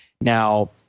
Now